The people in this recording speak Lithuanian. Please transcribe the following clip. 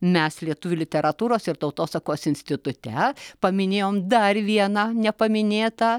mes lietuvių literatūros ir tautosakos institute paminėjom dar vieną nepaminėtą